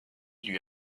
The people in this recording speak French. lui